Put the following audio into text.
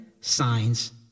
signs